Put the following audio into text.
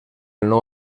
nou